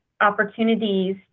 opportunities